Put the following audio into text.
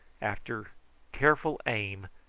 after careful aim,